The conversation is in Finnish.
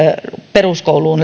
peruskouluun